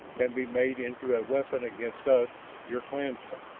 can be made into a weapon against us your clansmen!